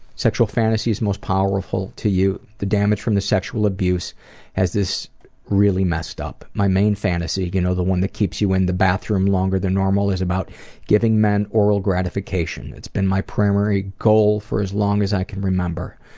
sexual fantasies most powerful to you the damage from the sexual abuse has this really messed up. my main fantasy, you know, the one that keeps you in the bathroom longer than normal, is about giving men oral gratification. it's been my primary goal for as long as i can remember.